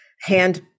hand